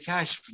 Cash